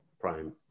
prime